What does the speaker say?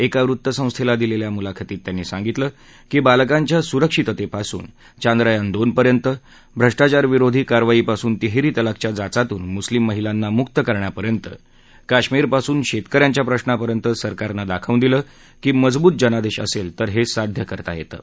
एका वृत्तसंस्थेला दिलेल्या मुलाखतीत त्यांनी सांगितलं की बालकांच्या सुरक्षिततेपासून चांद्रयान दोन पर्यंत भ्रष्टाचार विरोधी कारवाईपासून तिहेरी तलाकच्या जाचातून मुस्लिम महिलांना मुक्त करण्यापर्यंत कश्मीरपासून शेतक यांच्या प्रशापर्यंत सरकारनं दाखवून दिलं की मजबूत जनादेश असेल तर हे साध्य करता येतं